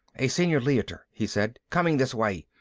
a senior leiter, he said. coming this way.